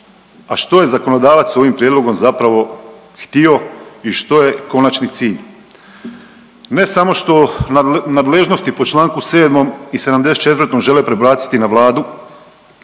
A što je zakonodavac ovim Prijedlogom zapravo htio i što je konačni cilj? Ne samo što nadležnosti po čl. 7. i 74. žele prebaciti na Vladu